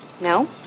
No